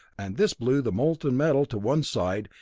and this blew the molten metal to one side,